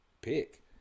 pick